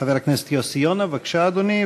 חבר הכנסת יוסי יונה, בבקשה, אדוני.